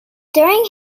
during